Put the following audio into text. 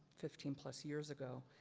fifteen plus years ago.